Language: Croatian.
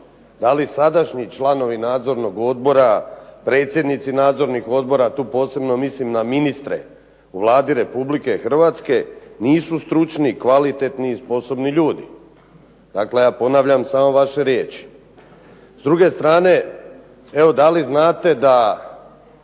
Da li sadašnji članovi nadzornih odbora, predsjednici nadzornih odbora tu posebno mislim na ministre u Vladi Republike Hrvatske, nisu stručni, kvalitetni sposobni ljudi, dakle ja ponavljam samo vaše riječi. S druge strane, evo da li znate da